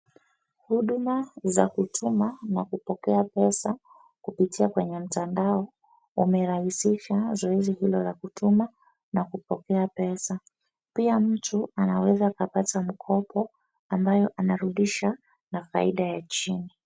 Huduma za kutuma na kupokea pesa kupitia kwenye mtandao umerahisisha zoezi hilo la kutuma na kupokea pesa. Pia mtu anaweza akapata mkopo ambayo anarudisha na faida ya chini.